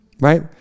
right